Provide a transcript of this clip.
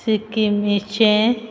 सिक्किमेचें